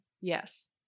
Yes